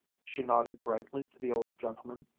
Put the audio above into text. she nodded brightly to the old gentleman,